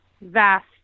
vast